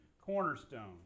cornerstone